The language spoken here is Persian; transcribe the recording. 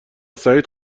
سعید